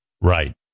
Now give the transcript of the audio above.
Right